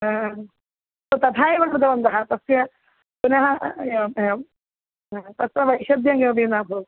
तथा एव कृतवन्तः तस्य पुनः एवम् एवं तस्य वैषम्यं किमपि न भवति